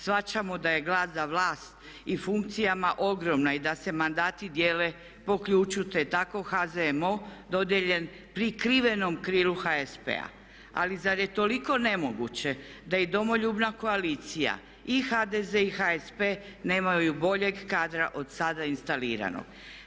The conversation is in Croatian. Shvaćamo da je glas za vlast i funkcijama ogromna i da se mandati dijele po ključu te tako HZMO dodijeljen prikrivenom krilu HSP-a ali zar je toliko nemoguće da i Domoljubna koalicija i HDZ i SDP nemaju bolje kadra od sada instalirano.